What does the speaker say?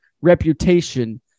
reputation